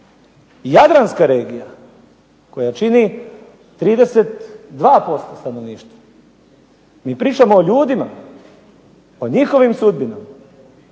Jadranska regija koja čini 32% stanovništva, mi pričamo o ljudima, o njihovim sudbinama,